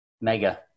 mega